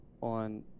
on